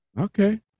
Okay